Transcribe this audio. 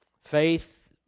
faith